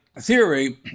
theory